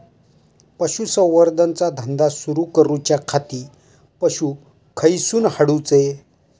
पशुसंवर्धन चा धंदा सुरू करूच्या खाती पशू खईसून हाडूचे?